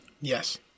Yes